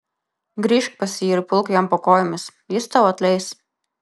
grįžk pas jį ir pulk jam po kojomis jis tau atleis